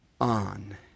on